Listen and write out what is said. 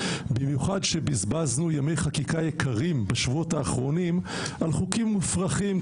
במיוחד כשבזבזנו ימי חקיקה יקרים בשבועות האחרונים על חוקים מופרכים,